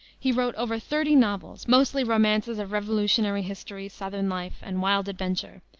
he wrote over thirty novels, mostly romances of revolutionary history, southern life and wild adventure,